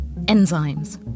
enzymes